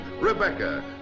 Rebecca